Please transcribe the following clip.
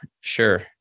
sure